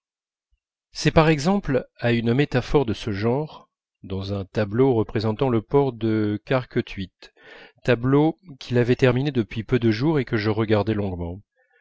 c'est par exemple à une métaphore de ce genre dans un tableau représentant le port de carquethuit tableau qu'il avait terminé depuis peu de jours et que je regardai longuement